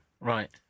Right